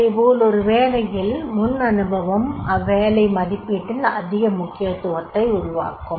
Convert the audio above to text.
அதேபோல் ஒரு வேலையில் முன் அனுவமும் அவ்வேலை மதிப்பீட்டில் அதிக முக்கியத்துவத்தை உருவாக்கும்